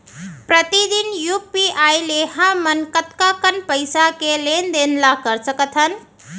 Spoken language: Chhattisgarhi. प्रतिदन यू.पी.आई ले हमन कतका कन पइसा के लेन देन ल कर सकथन?